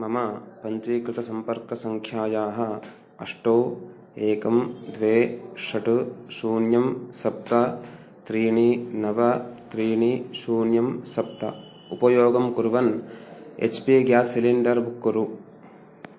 मम पञ्चीकृतसम्पर्कसङ्ख्यायाः अष्ट एकं द्वे षट् शून्यं सप्त त्रीणि नव त्रीणि शून्यं सप्त उपयोगं कुर्वन् H P gas cylinder book कुरु